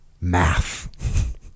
Math